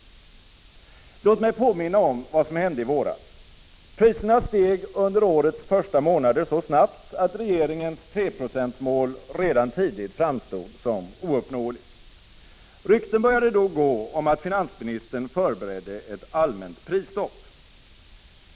Låt mig påminna om vad som hände i våras. Priserna steg under årets första månader så snabbt att regeringens 3-procentsmål redan tidigt framstod som ouppnåeligt. Rykten började då gå om att finansministern förberedde ett allmänt prisstopp.